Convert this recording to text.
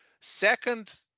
Second